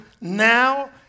now